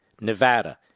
Nevada